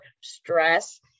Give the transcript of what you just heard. stress